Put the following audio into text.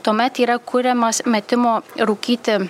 tuomet yra kuriamas metimo rūkyti